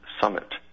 Summit